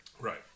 Right